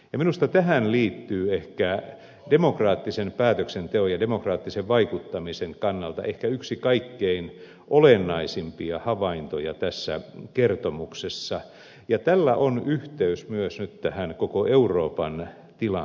minusta tähän liittyy demokraattisen päätöksenteon ja demokraattisen vaikuttamisen kannalta ehkä yksi kaikkein olennaisempia havaintoja tässä kertomuksessa ja tällä on yhteys myös nyt tähän koko euroopan tilanteeseen